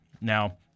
Now